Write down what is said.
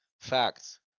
Facts